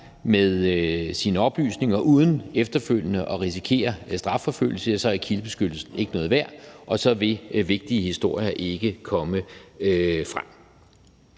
med sine oplysninger uden efterfølgende at risikere strafforfølgelse, så er kildebeskyttelsen ikke noget værd, og så vil vigtige historier ikke komme frem.